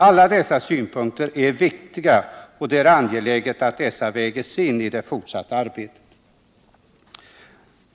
Alla dessa synpunkter är viktiga, och det är angeläget att de vägs in i det fortsatta arbetet.